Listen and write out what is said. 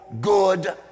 good